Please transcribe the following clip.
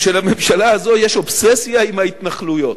שלממשלה הזו יש אובססיה עם ההתנחלויות.